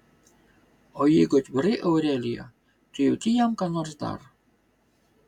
o jeigu atvirai aurelija tu jauti jam ką nors dar